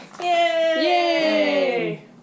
Yay